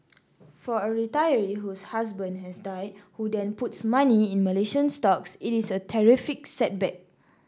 for a retiree whose husband has died who then puts money in Malaysian stocks it is a terrific setback